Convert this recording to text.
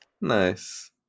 Nice